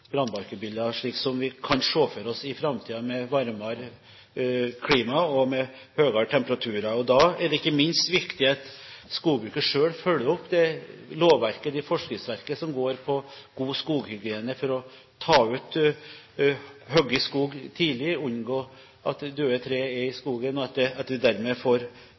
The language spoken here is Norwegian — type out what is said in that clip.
som vi kan se for oss i framtiden med varmere klima og med høyere temperaturer. Da er det ikke minst viktig at skogbruket selv følger opp det lovverket, det forskriftsverket, som går på god skoghygiene, for å ta ut og hogge skog tidlig, og unngå at døde trær er i skogen, og at vi dermed får